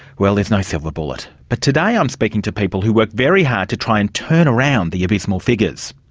well, there's no silver bullet. but today i'm speaking to people who work very hard to try and turn around the abysmal figures.